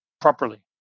properly